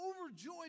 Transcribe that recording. overjoyed